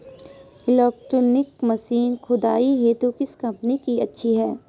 Electronic machine खुदाई हेतु किस कंपनी की अच्छी है?